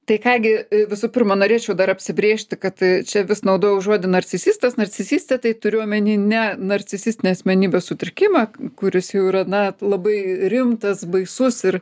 tai ką gi visų pirma norėčiau dar apsibrėžti kad čia vis naudojau žodį narcisistas narcisistė tai turiu omeny ne narcisistinį asmenybės sutrikimą kuris jau yra na labai rimtas baisus ir